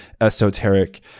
esoteric